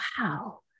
wow